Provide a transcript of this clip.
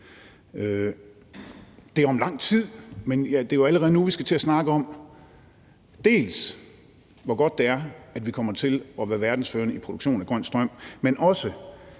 Det er om lang tid, men det er allerede nu, at vi skal til at snakke om, dels hvor godt det er, at vi kommer til at være verdensførende i produktion af grøn strøm, og